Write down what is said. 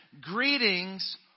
greetings